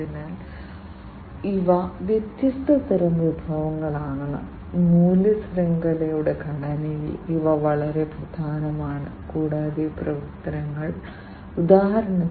അതിനാൽ ഒരു വ്യാവസായിക നിയന്ത്രണ സംവിധാനത്തിൽ ഏതെങ്കിലും തരത്തിലുള്ള ഫീഡ്ബാക്ക് ഒരു പ്രക്രിയയുടെ ഓട്ടോമേഷൻ എന്നിവ ലഭിക്കുന്നത് പരമ്പരാഗത സംവേദനത്തിൽ ഉൾപ്പെടുന്നു